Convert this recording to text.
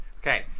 Okay